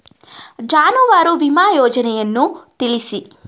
ಜಾನುವಾರು ವಿಮಾ ಯೋಜನೆಯನ್ನು ತಿಳಿಸಿ?